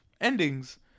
endings